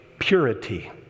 purity